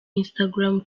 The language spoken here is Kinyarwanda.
instagram